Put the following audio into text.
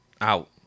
Out